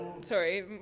sorry